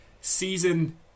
Season